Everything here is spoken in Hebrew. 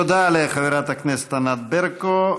תודה לחברת הכנסת ענת ברקו.